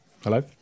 hello